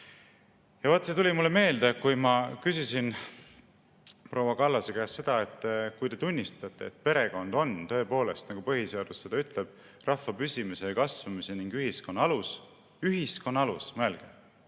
Vaat see tuli mulle meelde, kui ma küsisin proua Kallase käest, et kui te tunnistate, et perekond on tõepoolest, nagu põhiseadus seda ütleb, rahva püsimise ja kasvamise ning ühiskonna alus – ühiskonna alus, mõelge,